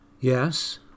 Yes